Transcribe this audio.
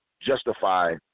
justify